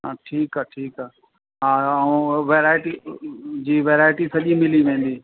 हा ठीकु आहे ठीकु आहे हा ऐं वैराइटी जी वैराइटी सॼी मिली वेंदी